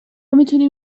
میتوانیم